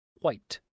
White